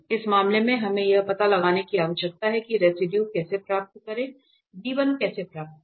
इस मामले में हमें यह पता लगाने की आवश्यकता है कि रेसिडुए कैसे प्राप्त करें कैसे प्राप्त करें